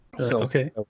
Okay